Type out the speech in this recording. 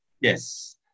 Yes